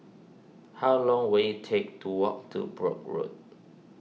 how long will it take to walk to Brooke Road